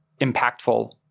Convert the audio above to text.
impactful